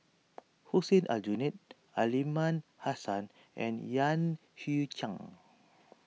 Hussein Aljunied Aliman Hassan and Yan Hui Chang